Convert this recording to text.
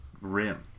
rim